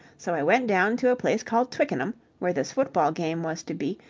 so i went down to a place called twickenham, where this football game was to be,